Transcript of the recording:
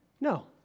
No